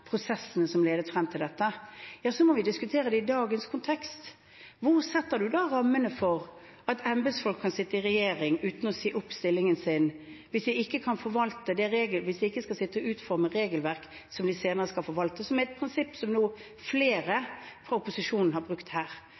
prosessene som ledet frem til dette – må vi diskutere det i dagens kontekst. Hvor setter man da rammene for at embetsfolk kan sitte i regjering uten å si opp stillingen sin, hvis de ikke skal sitte og utforme regelverk som de senere skal forvalte, som er et prinsipp som nå flere fra opposisjonen har brukt her?